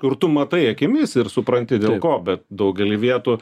kur tu matai akimis ir supranti dėl ko bet daugely vietų